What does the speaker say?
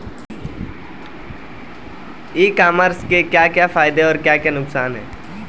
ई commerce के क्या क्या फायदे और क्या क्या नुकसान है?